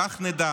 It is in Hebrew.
כך נדע